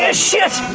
ah shit,